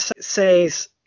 says